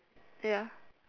ya